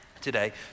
today